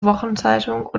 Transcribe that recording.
wochenzeitung